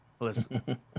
Listen